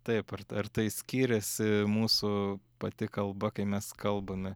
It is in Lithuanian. taip ar t ar tai skiriasi mūsų pati kalba kai mes kalbame